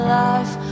life